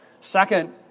Second